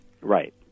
Right